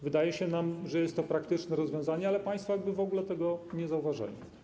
Wydaje się nam, że jest to praktyczne rozwiązanie, ale państwo jakby w ogóle tego nie zauważali.